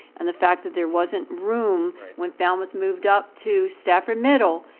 and the fact that there wasn't room when falmouth moved up to stafford middle,